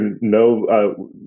no